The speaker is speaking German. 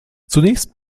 zunächst